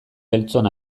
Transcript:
beltzon